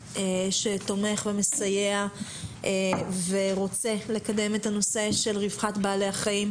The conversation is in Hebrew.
שתומך ומסייע ורוצה לקדם את הנושא של רווחת בעלי החיים,